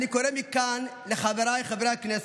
אני קורא מכאן לחבריי חברי הכנסת: